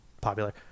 popular